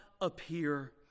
appear